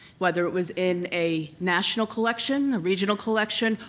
whether it was in a national collection, a regional collection,